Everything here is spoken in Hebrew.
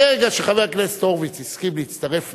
ברגע שחבר הכנסת הורוביץ הסכים להצטרף